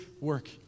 work